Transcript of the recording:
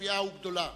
משפיעה וגדולה.